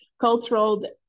cultural